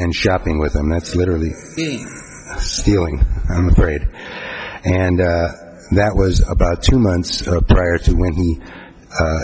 and shopping with them that's literally stealing and that was about two months prior to when he